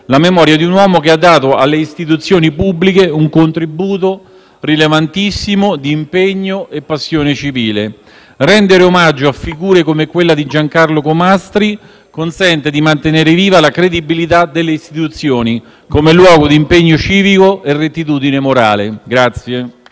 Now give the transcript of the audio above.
la memoria di un uomo che ha dato alle istituzioni pubbliche un contributo rilevantissimo d'impegno e passione civile. Rendere omaggio a figure come quella di Giancarlo Comastri consente di mantenere viva la credibilità delle istituzioni come luogo di impegno civico e rettitudine morale.